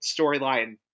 storyline